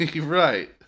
Right